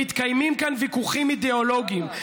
מתקיימים כאן ויכוחים אידיאולוגיים.